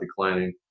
declining